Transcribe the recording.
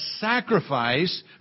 sacrifice